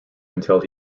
until